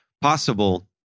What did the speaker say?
possible